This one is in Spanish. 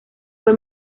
fue